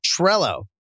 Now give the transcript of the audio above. Trello